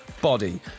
body